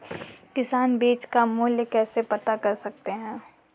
किसान बीज का मूल्य कैसे पता कर सकते हैं?